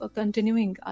continuing